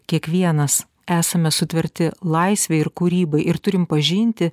kiekvienas esame sutverti laisvei ir kūrybai ir turim pažinti